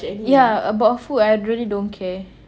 ya about food I really don't care